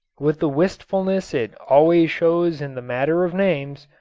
with the wilfulness it always shows in the matter of names,